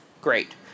Great